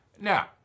Now